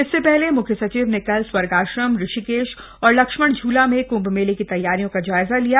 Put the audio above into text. इससे पहले मुख्य सचिव ने कल स्वर्गाश्रम ऋषिकेश और लक्ष्मणझूला में क्म्भ मेले की तैयारी का जायजा लिया